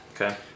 okay